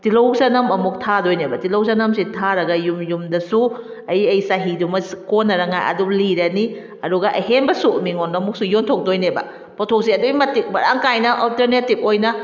ꯇꯤꯜꯍꯧ ꯆꯅꯝ ꯑꯃꯨꯛ ꯊꯥꯗꯣꯏꯅꯦꯕ ꯇꯤꯜꯍꯧ ꯆꯅꯝꯁꯤ ꯊꯥꯔꯒ ꯌꯨꯝ ꯌꯨꯝꯗꯁꯨ ꯑꯩ ꯑꯩ ꯆꯍꯤꯗꯨꯃ ꯀꯣꯟꯅꯉꯥꯏ ꯑꯗꯨꯝ ꯂꯤꯔꯅꯤ ꯑꯗꯨꯒ ꯑꯍꯦꯟꯕꯁꯨ ꯃꯤꯉꯣꯟꯗ ꯑꯃꯨꯛꯁꯨ ꯌꯣꯟꯊꯣꯛ ꯇꯣꯏꯅꯦꯕ ꯄꯣꯠꯊꯣꯛꯁꯦ ꯑꯗꯨꯛꯀꯤ ꯃꯇꯤꯛ ꯃꯔꯥꯡ ꯀꯥꯏꯅ ꯑꯣꯜꯇꯔꯅꯦꯇꯤꯕ ꯑꯣꯏꯅ